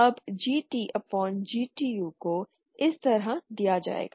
अब GT upon GTu को इस तरह दिया जाएगा